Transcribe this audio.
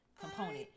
component